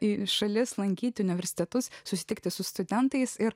į šalis lankyti universitetus susitikti su studentais ir